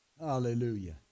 Hallelujah